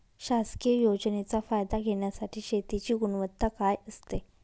शासकीय योजनेचा फायदा घेण्यासाठी शेतीची गुणवत्ता काय असते?